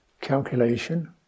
calculation